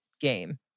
game